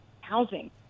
housing